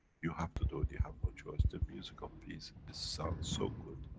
you have to do it, you have no choice, the music of peace it sounds so good,